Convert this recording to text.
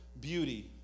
beauty